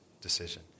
decision